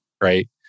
right